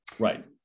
Right